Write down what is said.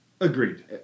Agreed